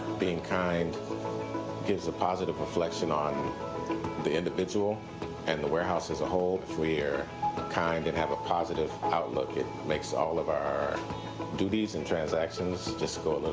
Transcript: being kind gives a positive reflection on the individual and the warehouse as a whole. if we are kind and have a positive outlook it makes all of our duties and transactions just go